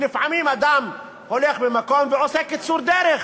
ולפעמים אדם הולך במקום ועושה קיצור דרך